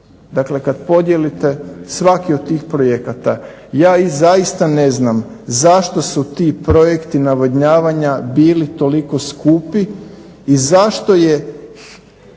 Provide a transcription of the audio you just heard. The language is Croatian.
Dakle, kad podijelite svaki od tih projekata, ja zaista ne znam zašto su ti projekti navodnjavanja bili toliko skupi i zašto je